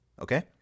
Okay